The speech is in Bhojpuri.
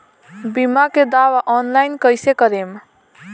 बीमा के दावा ऑनलाइन कैसे करेम?